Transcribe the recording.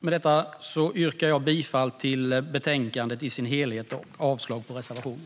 Med detta yrkar jag bifall till utskottets förslag i betänkandet och avslag på reservationerna.